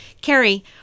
Carrie